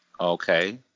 Okay